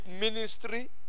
ministry